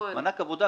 במענק העבודה,